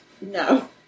no